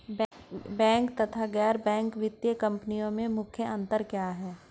Bank तथा गैर banking वित्तीय कंपनियों में मुख्य अंतर क्या है?